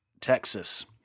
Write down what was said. Texas